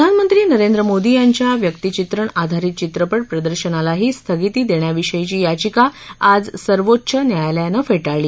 प्रधानमंत्री नरेंद्र मोदी यांच्या व्यक्तीचित्रण आधारित चित्रपट प्रदर्शनालाही स्थगिती देण्याविषयीची यचिका आज सर्वोच्च न्यायालयाने फेटाळली